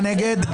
מי נגד?